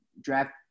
draft